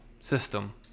system